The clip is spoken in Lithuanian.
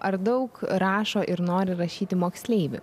ar daug rašo ir nori rašyti moksleivių